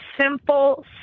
simple